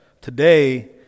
today